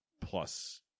Plus